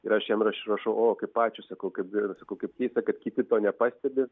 ir aš jam raš rašau o kaip ačiū sakau kaip gaila sakau kad kiti to nepastebi